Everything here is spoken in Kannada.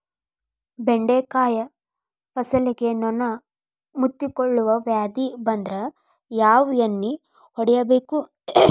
ಬೆಂಡೆಕಾಯ ಫಸಲಿಗೆ ನೊಣ ಮುತ್ತಿಕೊಳ್ಳುವ ವ್ಯಾಧಿ ಬಂದ್ರ ಯಾವ ಎಣ್ಣಿ ಹೊಡಿಯಬೇಕು?